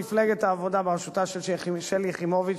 מפלגת העבודה בראשותה של שלי יחימוביץ,